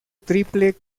triple